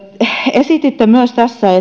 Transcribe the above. esititte myös tässä